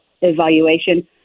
evaluation